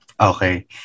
Okay